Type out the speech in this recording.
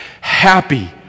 happy